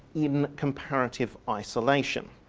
in comparative isolation.